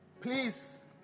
please